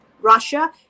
Russia